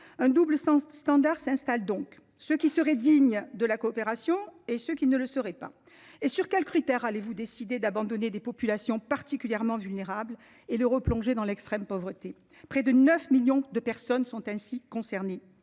Un double standard s’installe donc : ceux qui seraient dignes de la coopération et ceux qui ne le seraient pas. Sur quels critères allez vous décider d’abandonner des populations particulièrement vulnérables et de les replonger dans l’extrême pauvreté, madame, monsieur les ministres ? Près de 9 millions de personnes sont concernées.